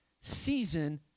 season